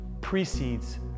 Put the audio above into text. precedes